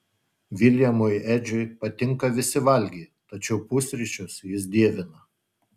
viljamui edžiui patinka visi valgiai tačiau pusryčius jis dievina